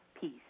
Peace